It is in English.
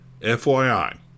FYI